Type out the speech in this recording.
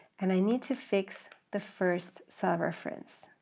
and i need to fix the first cell reference.